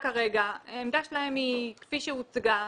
שיש כאן פער בהבנה של מהי התחייבות.